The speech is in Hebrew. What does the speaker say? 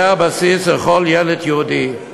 זה הבסיס לכל ילד יהודי.